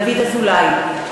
דוד אזולאי,